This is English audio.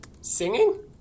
Singing